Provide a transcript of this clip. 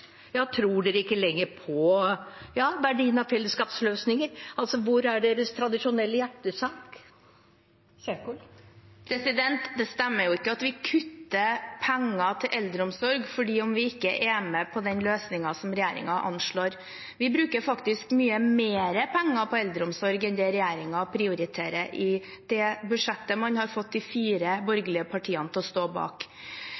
stemmer ikke at vi kutter penger til eldreomsorg selv om vi ikke er med på den løsningen som regjeringen anslår. Vi bruker faktisk mye mer penger på eldreomsorg enn det regjeringen prioriterer i det budsjettet man har fått de fire